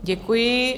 Děkuji.